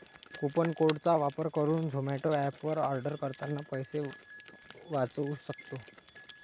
coupon code चा वापर करुन झोमाटो एप वर आर्डर करतांना पैसे वाचउ सक्तो